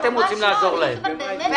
ואתם רוצים לעזור להם.